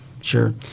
sure